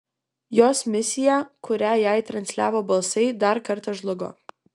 jos misija kurią jai transliavo balsai dar kartą žlugo